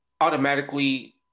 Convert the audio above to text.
automatically